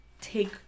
take